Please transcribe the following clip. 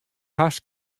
hast